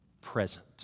present